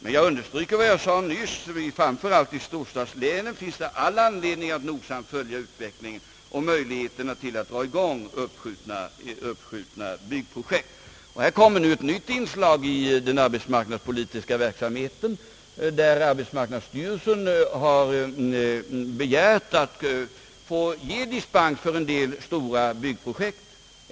Men jag understryker vad jag sade nyss: framför allt i storstadslänen finns det anledning att noggrant följa utvecklingen och möjligheterna att dra i gång uppskjutna byggprojekt. Här kommer nu ett nytt inslag i den arbetsmarknadspolitiska verksamheten — arbetsmarknadsstyrelsen har begärt att få ge dispens för en del stora byggprojekt.